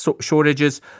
shortages